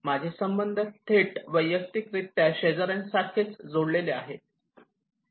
माझे संबंध थेट वैयक्तिकरित्या शेजार्यांसारखेच जोडलेले आहेत